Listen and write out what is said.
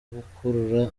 gukurura